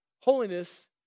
holiness